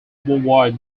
worldwide